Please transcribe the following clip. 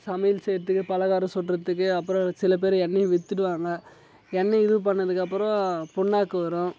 சமையல் செய்கிறதுக்கு பலகாரம் சுடுறத்துக்கு அப்புறம் சில பேர் எண்ணெயை விற்றுடுவாங்க எண்ணெயை இது பண்ணிணதுக்கு அப்புறம் புண்ணாக்கு வரும்